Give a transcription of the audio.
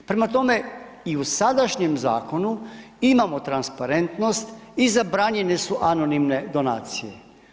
Prema tome i u sadašnjem zakonu imamo transparentnost i zabranjene su anonimne donacije.